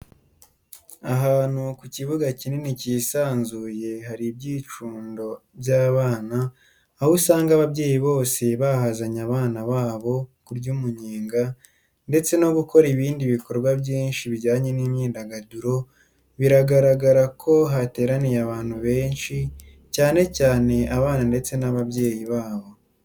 Ahantu ku kibuga kinini cyisanzuye hari ibyicundo by'abana, aho usanga ababyeyi bose bahazanye abana babo kurya umunyenga ndetse no gukora ibindi bikorwa byinshi bijyanye n'imyidagaduro, biragaragara ko hateraniye abantu benshi, cyane cyane abana ndetse n'ababyeyi babo.